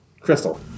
Crystal